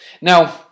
Now